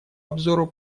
обзору